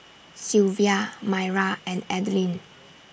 Silvia Maira and Adline